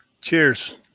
Cheers